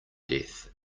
death